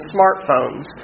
Smartphones